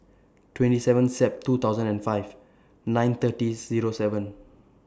twenty seven Sep two thousand and five nine thirty Zero seven